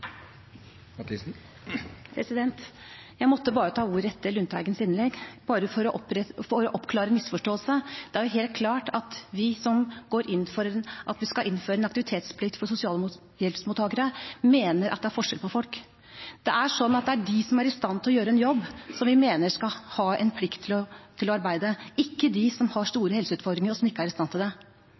Mathisen har hatt ordet to ganger tidligere og får ordet til en kort merknad, begrenset til 1 minutt. Jeg måtte ta ordet etter Lundteigens innlegg bare for å oppklare en misforståelse. Det er helt klart at vi som går inn for å innføre en aktivitetsplikt for sosialhjelpsmottakere, mener at det er forskjell på folk. Det er de som er i stand til å gjøre en jobb, som vi mener skal ha en plikt til å arbeide, ikke de som har store helseutfordringer, og som ikke er i stand til det.